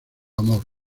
amor